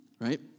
right